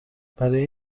برای